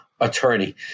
attorney